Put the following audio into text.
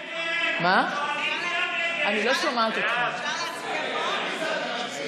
אפשר להצביע מפה?